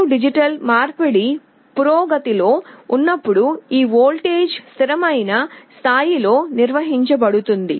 A D మార్పిడి పురోగతిలో ఉన్నప్పుడు ఈ వోల్టేజ్ స్థిరమైన స్థాయిలో నిర్వహించబడుతుంది